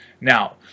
Now